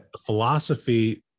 philosophy